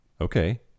Okay